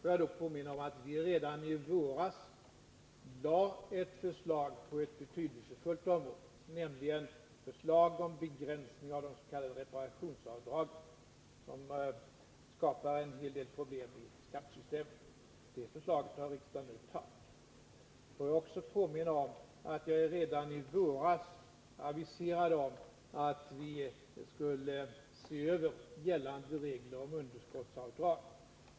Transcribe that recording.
Redan i våras lade vi fram ett förslag på ett betydelsefullt område. Det gällde frågan om begränsning av de s.k. reparationsavdragen, vilka skapar en hel del problem i skattesystemet. Det förslaget har riksdagen nu antagit. Får jag också påminna om att jag redan i våras aviserade att vi skulle se över gällande regler om underskottsavdrag.